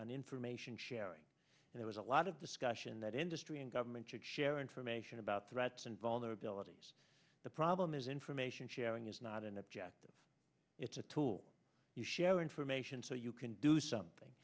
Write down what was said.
on information sharing there was a lot of discussion that industry and government should share information about threats and vulnerabilities the problem is information sharing is not an objective it's a tool you share information so you can do something